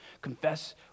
Confess